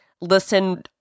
listen